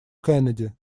кеннеди